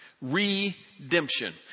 Redemption